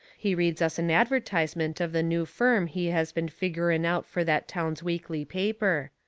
he reads us an advertisement of the new firm he has been figgering out fur that town's weekly paper.